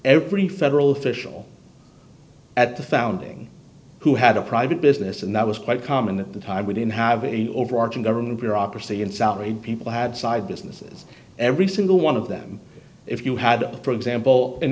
every federal official at the founding who had a private business and that was quite common at the time we didn't have a overarching government bureaucracy in salaried people had side businesses every single one of them if you had for example in